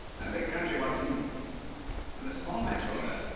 a big country, watson and a small match folder.